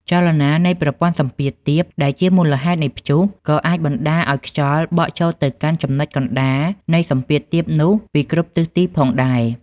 ចលនានៃប្រព័ន្ធសម្ពាធទាប ដែលជាមូលហេតុនៃព្យុះក៏អាចបណ្តាលឱ្យខ្យល់បក់ចូលទៅកាន់ចំណុចកណ្តាលនៃសម្ពាធទាបនោះពីគ្រប់ទិសទីផងដែរ។